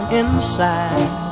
inside